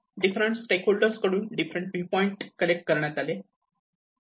different stakeholder कडून different viewpoint collect करण्यात आले